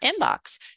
inbox